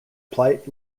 plight